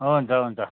हुन्छ हुन्छ